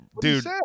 Dude